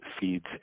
feeds